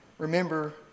Remember